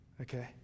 Okay